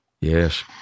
Yes